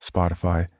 Spotify